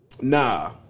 Nah